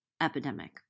epidemic